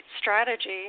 strategy